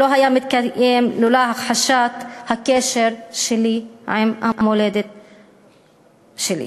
לא היה מתקיים לולא הכחשת הקשר שלי עם המולדת שלי.